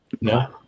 No